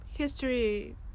history